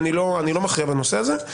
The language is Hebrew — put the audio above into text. אני לא מכריע בנושא הזה.